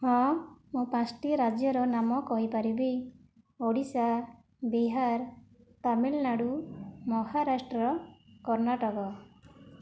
ହଁ ମୁଁ ପାଞ୍ଚ୍ଟି ରାଜ୍ୟର ନାମ କହିପାରିବି ଓଡ଼ିଶା ବିହାର ତାମିଲନାଡ଼ୁ ମହାରାଷ୍ଟ୍ର କର୍ଣ୍ଣାଟକ